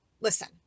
listen